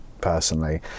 personally